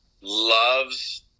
loves